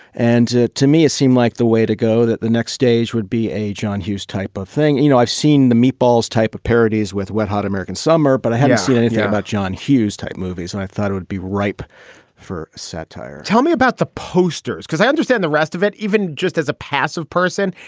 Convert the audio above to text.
and to to me, it seemed like the way to go that the next stage would be a john hughes type of thing. you know, i've seen the meatballs type of parodies with wet, hot american summer, but i hadn't seen anything about john hughes type movies, and i thought i would be ripe for satire tell me about the posters. because i understand the rest of it, even just as a passive person.